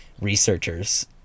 researchers